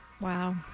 Wow